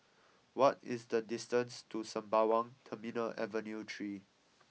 what is the distance to Sembawang Terminal Avenue Three